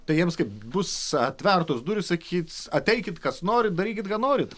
tai jiems kaip bus atvertos durys sakyt ateikit kas norit darykit ką norit